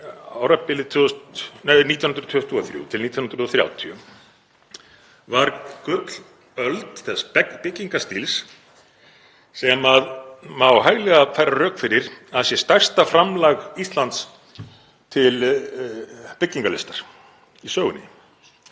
árabilið 1923–1930, var gullöld þess byggingarstíls sem má hæglega færa rök fyrir að sé stærsta framlag Íslands til byggingarlistar í sögunni,